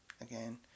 again